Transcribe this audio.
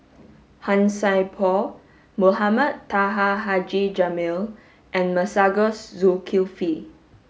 Han Sai Por Mohamed Taha Haji Jamil and Masagos Zulkifli